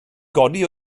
godi